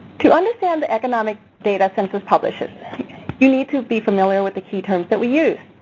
to understand the economic data census publishes you need to be familiar with the key terms that we use.